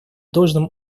должным